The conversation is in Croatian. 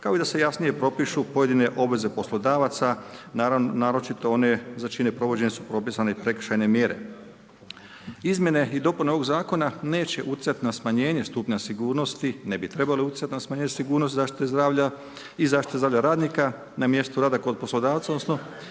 kao da se i jasnije propišu pojedine obveze poslodavca, naročito one za čije provođenje su propisane prekršajne mjere. Izmijene i dopune ovog zakona neće utjecati na smanjenje stupnja sigurnosti, ne bi trebale utjecati na smanjenje sigurnosti zaštite zdravlja i zaštite zdravlja radnika na mjestu rada kod poslodavca, odnosno